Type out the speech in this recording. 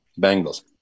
Bengals